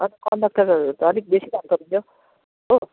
कन्डक्टरहरू त अलिक बेसी हो